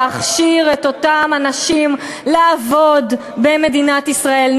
להכשיר את אותם אנשים לעבוד במדינת ישראל,